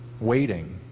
waiting